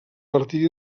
martiri